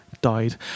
died